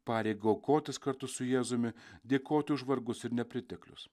pareigą aukotis kartu su jėzumi dėkoti už vargus ir nepriteklius